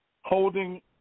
holding